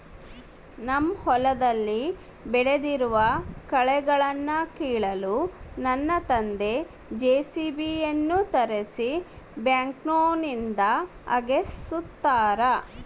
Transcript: ನಮ್ಮ ಹೊಲದಲ್ಲಿ ಬೆಳೆದಿರುವ ಕಳೆಗಳನ್ನುಕೀಳಲು ನನ್ನ ತಂದೆ ಜೆ.ಸಿ.ಬಿ ಯನ್ನು ತರಿಸಿ ಬ್ಯಾಕ್ಹೋನಿಂದ ಅಗೆಸುತ್ತಾರೆ